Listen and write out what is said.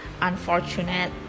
unfortunate